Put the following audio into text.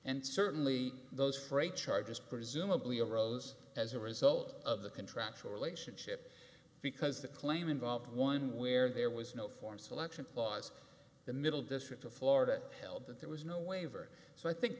and certainly those freight charges presumably arose as a result of the contractual relationship because the claim involved one where there was no form selection was the middle district of florida held that there was no waiver so i think